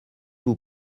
vous